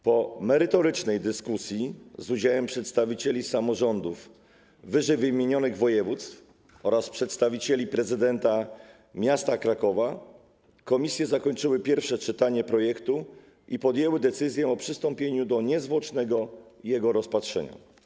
Po merytorycznej dyskusji z udziałem przedstawicieli samorządów ww. województw oraz przedstawicieli prezydenta miasta Krakowa komisje zakończyły pierwsze czytanie projektu i podjęły decyzję o przystąpieniu do jego niezwłocznego rozpatrzenia.